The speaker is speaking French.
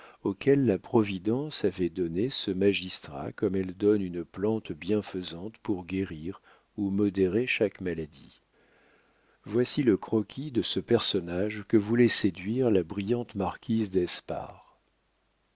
auquel la providence avait donné ce magistrat comme elle donne une plante bienfaisante pour guérir ou modérer chaque maladie voici le croquis de ce personnage que voulait séduire la brillante marquise d'espard